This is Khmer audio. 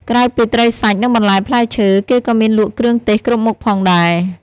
ក្រៅពីត្រីសាច់និងបន្លែផ្លែឈើ គេក៏មានលក់គ្រឿងទេសគ្រប់មុខផងដែរ។